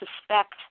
suspect